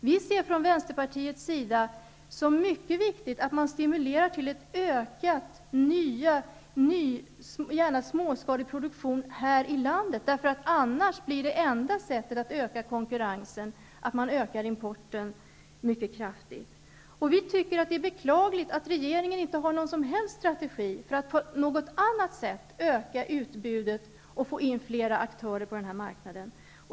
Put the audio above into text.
Vi ser från vänsterpartiets sida som mycket viktigt att man stimulerar till ökad, gärna småskalig, produktion här i landet. Annars blir det enda sättet att öka konkurrensen att man ökar importen mycket kraftigt. Vi tycker att det är beklagligt att regeringen inte har någon som helst strategi för att på något annat sätt öka utbudet och få in flera aktörer på den här marknaden.